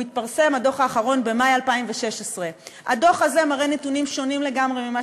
הדוח האחרון התפרסם במאי 2016. הדוח הזה מראה נתונים שונים לגמרי ממה